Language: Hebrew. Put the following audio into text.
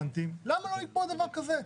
למה לא לקבוע דבר כזה?